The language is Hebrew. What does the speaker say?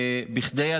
כדי,